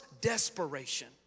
desperation